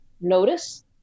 notice